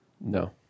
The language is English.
No